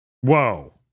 Whoa